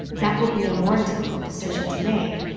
that will be a more difficult decision to make.